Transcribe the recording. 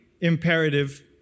imperative